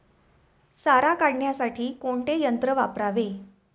सारा काढण्यासाठी कोणते यंत्र वापरावे?